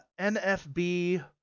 NFB